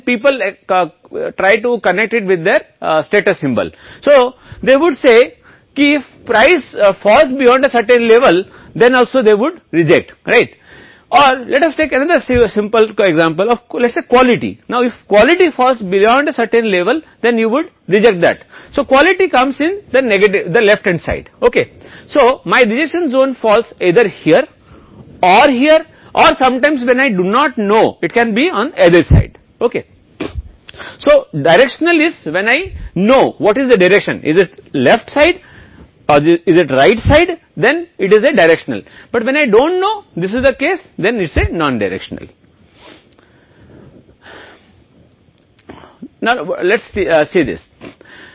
तब लोग इसे अपने स्टेटस सिंबल के साथ जोड़ने की कोशिश करते हैं ताकि वे कहें कि अगर कीमत में गिरावट आई है कुछ स्तर तब भी वे अस्वीकार करते हैं या हमें एक और सरल उदाहरण देते हैं गुणवत्ता अब यदि गुणवत्ता एक निश्चित स्तर से आगे गिरती है तो आप अस्वीकार कर देंगे कि गुणवत्ता में सुधार आया है बाएं की ओर ठीक है तो मेरा अस्वीकृति क्षेत्र या तो यहाँ या कभी कभी गिरता है जब दोनों तरफ पता है तो दिशात्मक है कि एक दिशा क्या है यह बाईं पक्ष ओर या दाईं पक्ष ओर है तब यह एक दिशात्मक है लेकिन जब मुझे नहीं पता कि यह एक मामला है तो हमने कहा कि यह दिशाहीन है